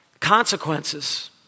consequences